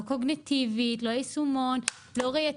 לא קוגניטיבית, לא יישומון, לא ראייתי.